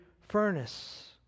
furnace